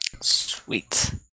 Sweet